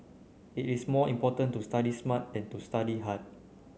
it is more important to study smart than to study hard